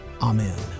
Amen